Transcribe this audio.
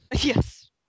Yes